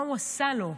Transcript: מה הוא עשה לו?